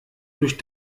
durch